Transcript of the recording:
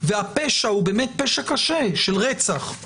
והפשע הוא באמת פשע קשה של רצח,